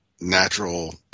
natural